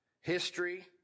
History